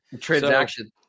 transaction